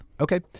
Okay